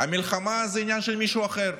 המלחמה היא עניין של מישהו אחר,